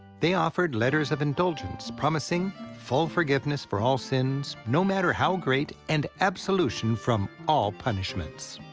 they offered letters of indulgence promising full forgiveness for all sins, no matter how great, and absolution from all punishments.